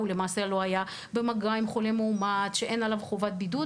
הוא למעשה לא היה במגע עם חולה מאומת ולא חלה עליו חובת בידוד.